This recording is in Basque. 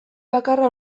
bakarra